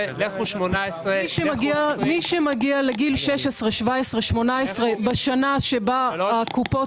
מי שמגיע לגילאים 16-18 בשנה שבה הקופות